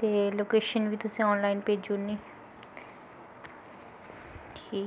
ते लोकेशन बी तुसें आनलाईन भेजुड़नी ठीक